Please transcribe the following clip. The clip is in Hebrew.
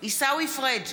עיסאווי פריג'